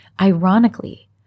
Ironically